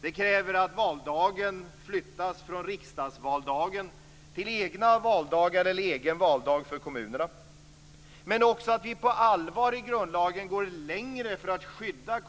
Det kräver att valdagen flyttas från riksdagsvaldagen till egen valdag eller egna valdagar för kommunerna. Men det krävs också att vi på allvar i grundlagen går längre för att skydda